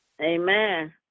Amen